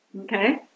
Okay